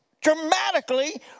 dramatically